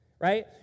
right